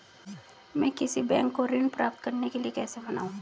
मैं किसी बैंक को ऋण प्राप्त करने के लिए कैसे मनाऊं?